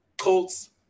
Colts